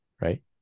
right